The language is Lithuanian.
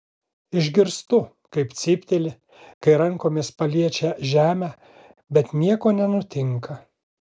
išgirstu kaip cypteli kai rankomis paliečia žemę bet nieko nenutinka